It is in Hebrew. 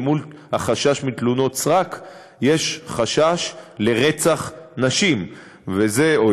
אל מול החשש מתלונות סרק יש חשש לרצח נשים וילדים,